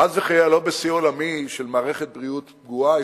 חס וחלילה לא בשיא עולמי של מערכת בריאות גרועה,